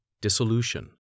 dissolution